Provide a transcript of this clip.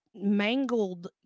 Mangled